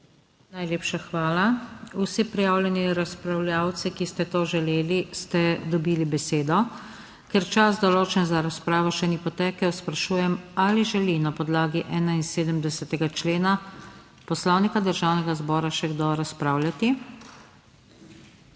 Najlepša hvala. Vsi prijavljeni razpravljavci, ki ste to želeli, ste dobili besedo. Ker čas določen za razpravo še ni potekel, sprašujem ali želi na podlagi 71. člena Poslovnika Državnega zbora še kdo razpravljati?